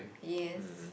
yes